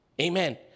Amen